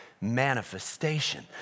manifestation